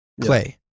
Clay